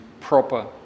proper